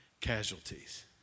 casualties